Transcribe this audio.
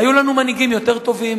היו לנו מנהיגים יותר טובים,